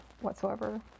whatsoever